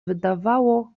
wydawało